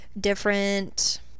different